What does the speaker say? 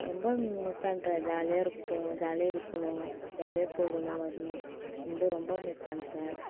ரொம்ப மிஸ் பண்ணுறேன் ஜாலியாக இருக்கும் ஜாலியாக இருக்கணும் ஜாலியாக போகணும் வரணும் அப்படி ரொம்ப மிஸ் பண்ணுறேன்